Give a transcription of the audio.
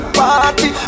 party